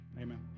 Amen